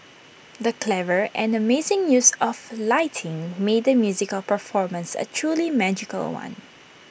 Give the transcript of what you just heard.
the clever and amazing use of lighting made the musical performance A truly magical one